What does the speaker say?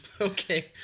Okay